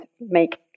make